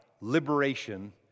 liberation